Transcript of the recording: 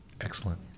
Excellent